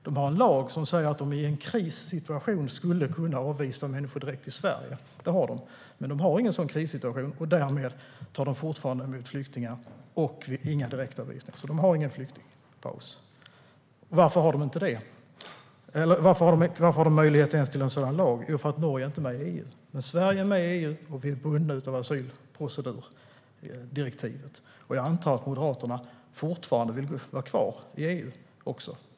Man har en lag som säger att man i en krissituation skulle kunna avvisa människor direkt till Sverige, men eftersom man inte har någon sådan krissituation tar man fortfarande emot flyktingar. Man gör inga direktavvisningar, och man har ingen flyktingpaus. Varför har man då i Norge möjligheten att ha en sådan lag? Jo, för att Norge inte är med i EU. Men Sverige är med i EU, och vi är bundna av asylprocedurdirektivet. Jag antar att Moderaterna fortfarande vill vara kvar i EU.